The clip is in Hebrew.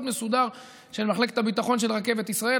מסודר של מחלקת הביטחון של רכבת ישראל.